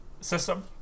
system